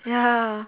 ya